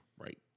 Right